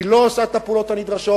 היא לא עושה את הפעולות הנדרשות,